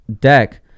deck